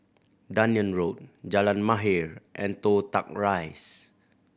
Dunearn Road Jalan Mahir and Toh Tuck Rise